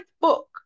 book